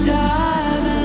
time